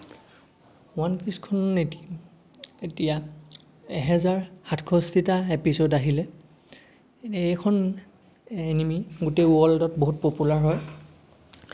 one পিছখন এতিয়া এহেজাৰ সাতষষ্ঠিটা এপিছ'দ আহিলে এইখন এনিমি গোটেই ৱৰ্ল্ডত বহুত পপুলাৰ হয়